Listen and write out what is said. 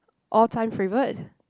all time favourite